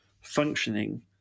functioning